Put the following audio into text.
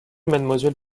mademoiselle